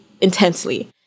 intensely